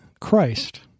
Christ